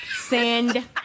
Send